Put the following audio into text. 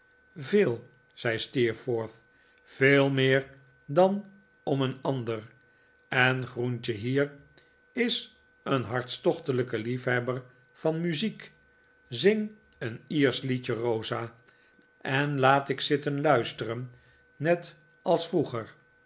veel zei steerforth veel meer dan om een ander en groentje hier is een hartstochtelijke liefhebber van muziek zing een iersch liedje rosa en laat ik zitten luisteren net als vroeger